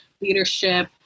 leadership